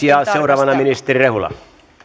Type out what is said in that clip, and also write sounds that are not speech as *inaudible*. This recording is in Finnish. *unintelligible* ja seuraavana ministeri rehula arvoisa herra